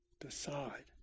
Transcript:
decide